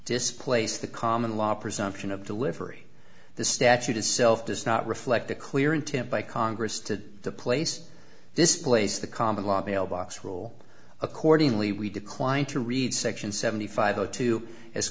displace the common law presumption of delivery the statute itself does not reflect the clear intent by congress to the place displays the common law they'll box rule accordingly we declined to read section seventy five zero two as